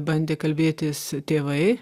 bandė kalbėtis tėvai